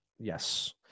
yes